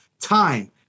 time